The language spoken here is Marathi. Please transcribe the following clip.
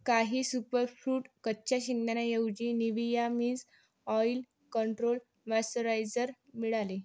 काही सुपरफ्रूट कच्च्या शेंगदाण्याऐवजी Nivea means oil control moisturiser मिळाले